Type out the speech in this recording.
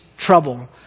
trouble